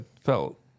felt